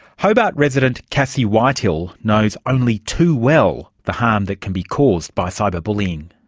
hobart resident cassie whitehill knows only too well the harm that can be caused by cyber bullying.